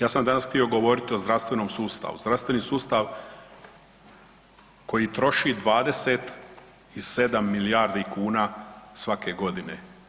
Ja sam danas htio govoriti o zdravstvenom sustavu, zdravstveni sustav koji troši 27 milijardi kuna svake godine.